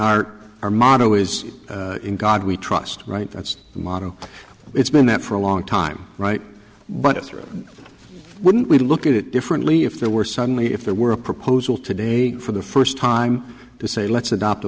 our our motto is in god we trust right that's the motto it's been that for a long time right but it's true wouldn't we look at it differently if there were suddenly if there were a proposal today for the first time to say let's adopt a